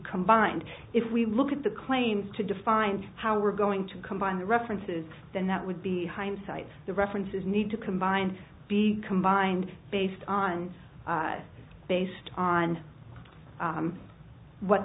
combined if we look at the claims to define how we're going to combine the references then that would be hindsight the references need to combine be combined based on based on what